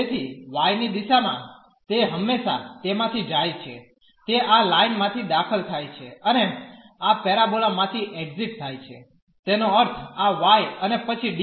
તેથી y ની દિશામાં તે હંમેશા તેમાંથી જાય છે તે આ લાઇન માંથી દાખલ થાય છે અને આ પેરાબોલા માંથી એક્ઝીટ થાય છે તેનો અર્થ આ y અને પછી dx